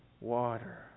water